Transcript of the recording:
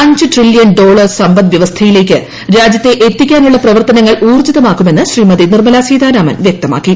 അഞ്ച് trillion dollar സമ്പദ് വ്യവസ്ഥയിലേക്ക് രാജ്യത്തെ എത്തിക്കാനുള്ള പ്രവർത്തനങ്ങൾ ഊർജ്ജിതമാക്കുമെന്ന് ശ്രീമത്ി നിർമലാ സീതാരാമൻ വൃക്തമാക്കി